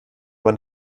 aber